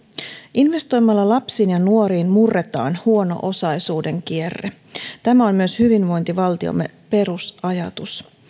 investoimalla lapsiin ja nuoriin murretaan huono osaisuuden kierre tämä on myös hyvinvointivaltiomme perusajatus